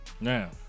now